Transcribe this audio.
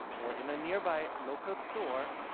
or in a nearby local store,